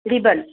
ribbon